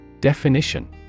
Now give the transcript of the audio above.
Definition